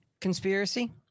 conspiracy